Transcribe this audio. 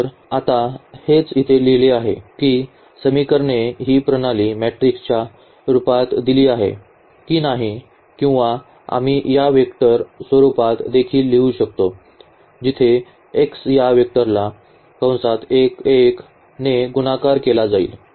तर आता हेच इथे लिहिले आहे की समीकरणे ही प्रणाली मॅट्रिक्सच्या रूपात दिली आहे की नाही किंवा आम्ही या वेक्टर स्वरूपात देखील लिहू शकतो जिथे x या वेक्टरला ने गुणाकार केला जाईल